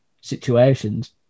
situations